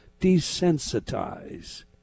desensitize